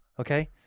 Okay